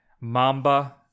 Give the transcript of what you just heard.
Mamba